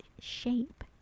shape